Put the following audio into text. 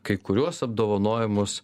kai kuriuos apdovanojimus